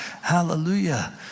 Hallelujah